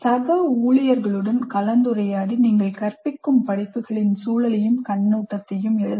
சக ஊழியர்களுடன் கலந்துரையாடி நீங்கள் கற்பிக்கும் படிப்புகளின் சூழலையும் கண்ணோட்டத்தையும் எழுதுங்கள்